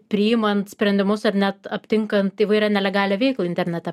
priimant sprendimus ar net aptinkant įvairią nelegalią veiklą internete